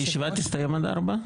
הישיבה תסתיים עד 16:00?